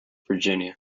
virginia